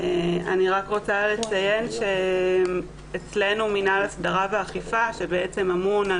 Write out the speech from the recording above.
אני רוצה לציין שאצלנו מינהל הסדרה ואכיפה שבעצם אמון על